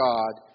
God